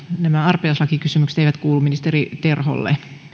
nämä arpajaislakikysymykset eivät kuulu ministeri terholle